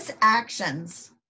actions